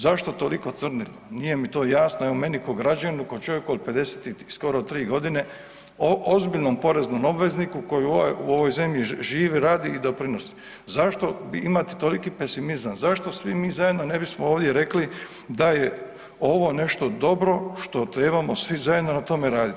Zašto toliko crnilo nije mi to jasno, evo meni ko građaninu, ko čovjeku od 50 i skoro tri godine ozbiljnom poreznom obvezniku koji u ovoj zemlji živi, radi i doprinosi, zašto imati toliki pesimizam, zašto svi mi zajedno ne bismo ovdje rekli da je ovo nešto dobro što trebamo svi zajedno na tome raditi.